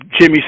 Jimmy